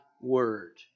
word